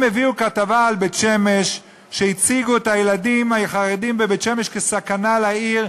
הם הביאו כתבה על בית-שמש והציגו את הילדים החרדים בבית-שמש כסכנה לעיר,